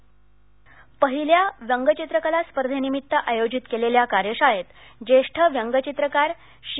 व्यंगचित्र स्पर्धा पहिल्या व्यंगचित्रकला स्पर्धेनिमित्त आयोजित केलेल्या कार्यशाळेत ज्येष्ठ व्यंगचित्रकार शि